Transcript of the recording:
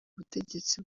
butegetsi